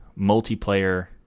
multiplayer